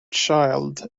child